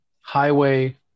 highway